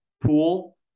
pool